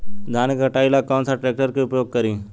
धान के कटाई ला कौन सा ट्रैक्टर के उपयोग करी?